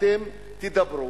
אתם תדברו,